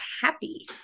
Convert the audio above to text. happy